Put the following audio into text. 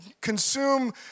consume